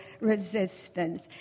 resistance